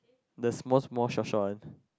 the small small short short one